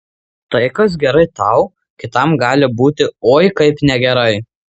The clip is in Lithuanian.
tai kas gerai tau kitam gali būti oi kaip negerai